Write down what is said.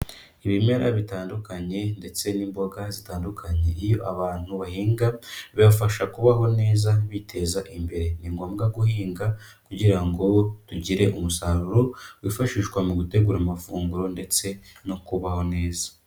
Ibimera bitandukanye ndetse n'imboga zitandukanye, iyo abantu bahinga bibafasha kubaho neza biteza imbere. Ni ngombwa guhinga kugira ngo tugire umusaruro wifashishwa mu gutegura amafunguro ndetse no kubaho neza.